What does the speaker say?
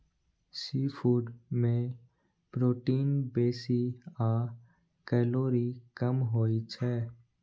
seafood मे protein बेसी आ कैलोरी कम होइ छै